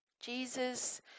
Jesus